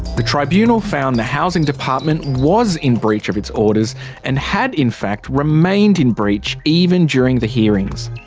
the tribunal found the housing department was in breach of its orders and had, in fact, remained in breach even during the hearings.